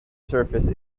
surface